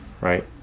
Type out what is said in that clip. right